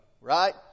right